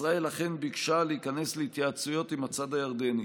ישראל אכן ביקשה להיכנס להתייעצויות עם הצד הירדני,